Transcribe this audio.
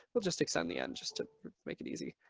we'll just extend the end just to make it easy.